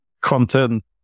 content